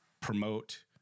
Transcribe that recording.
promote